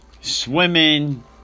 swimming